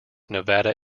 nevada